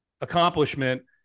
accomplishment